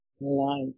life